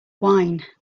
wine